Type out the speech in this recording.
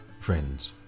friends